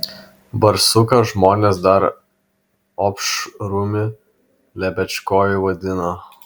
barsuką žmonės dar opšrumi lepečkoju vadina